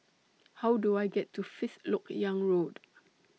How Do I get to Fifth Lok Yang Road